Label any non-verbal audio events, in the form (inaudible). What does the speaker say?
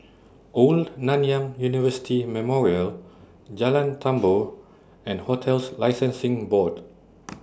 Old Nanyang University Memorial Jalan Tambur and hotels Licensing Board (noise)